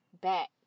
back